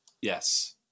Yes